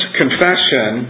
confession